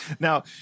Now